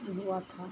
हुआ था